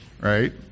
right